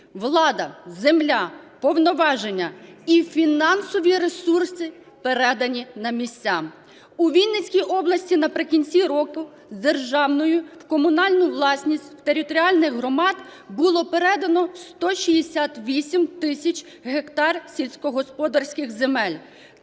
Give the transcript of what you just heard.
влада, земля, повноваження і фінансові ресурси передані на місця. У Вінницькій області наприкінці року з державної в комунальну власність територіальних громад було передано 168 тисяч гектар сільськогосподарських земель.